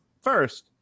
first